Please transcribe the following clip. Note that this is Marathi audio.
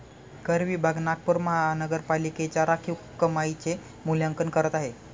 कर विभाग नागपूर महानगरपालिकेच्या राखीव कमाईचे मूल्यांकन करत आहे